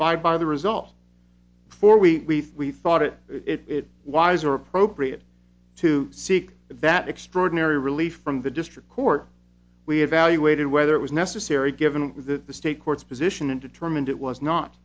abide by the result for we thought it it wiser appropriate to seek that extraordinary relief from the district court we evaluated whether it was necessary given that the state courts position and determined it was not